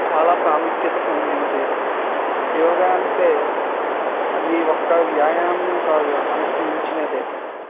చాలా ప్రాముఖ్యత పొందినది యోగా అంటే అది ఒక్క వ్యాయామం కాదు అంతకు మించినది